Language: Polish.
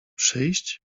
przyjść